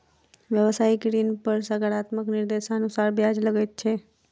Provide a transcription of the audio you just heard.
व्यवसायिक ऋण पर सरकारक निर्देशानुसार ब्याज लगैत छै